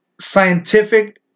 scientific